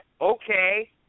Okay